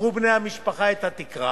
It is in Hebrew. עברו בני המשפחה את התקרה,